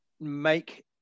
make